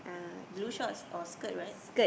blue shorts or skirt right